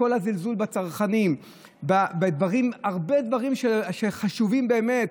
בכל הזלזול בצרכנים, הרבה דברים שחשובים באמת.